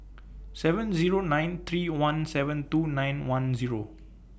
seven Zero nine three one seven two nine one Zero